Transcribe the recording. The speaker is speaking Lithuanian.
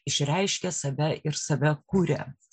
išreiškia save ir save kuria